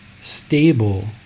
stable